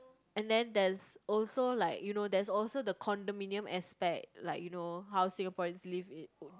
and then there's also like you know there's also the condominium aspect like you know how Singaporeans live in oh